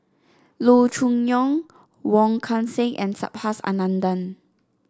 Loo Choon Yong Wong Kan Seng and Subhas Anandan